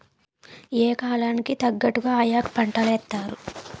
yeah కాలం కి తగ్గట్టుగా ఆయా పంటలేత్తారు